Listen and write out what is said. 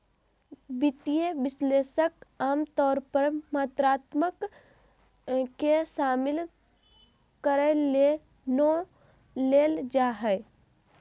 वित्तीय विश्लेषक आमतौर पर मात्रात्मक के शामिल करय ले नै लेल जा हइ